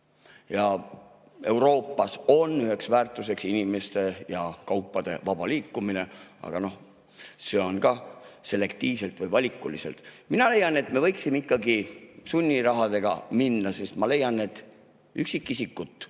– Euroopas on ju üheks väärtuseks inimeste ja kaupade vaba liikumine, aga noh, see on ka selektiivselt või valikuliselt –, me võiksime ikkagi sunniraha [rakendada]. Ma leian, et üksikisikut